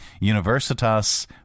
Universitas